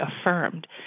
affirmed